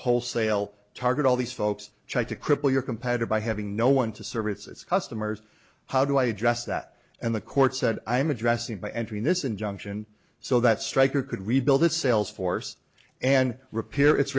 wholesale target all these folks tried to cripple your compatible i having no one to serve its customers how do i address that and the court said i'm addressing by entering this injunction so that stryker could rebuild this sales force and repair it